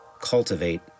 cultivate